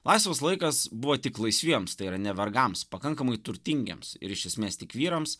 laisvas laikas buvo tik laisviems tai yra ne vargams pakankamai turtingiems ir iš esmės tik vyrams